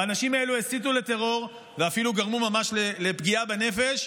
והאנשים האלה הסיתו לטרור ואפילו גרמו ממש לפגיעה בנפש,